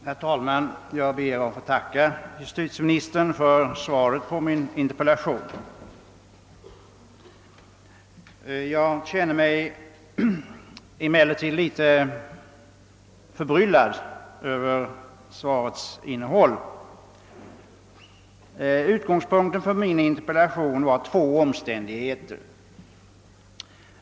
Herr talman! Jag ber att få tacka Justitieministern för svaret på min interpellation. Jag känner mig emellertid litet förbryHad över svarets innehåll. Utgångspunkten för min interpellation var två omständigheter.